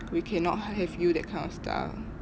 we cannot have you that kind of stuff